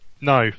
no